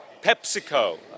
PepsiCo